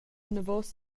anavos